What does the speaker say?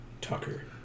Tucker